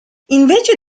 invece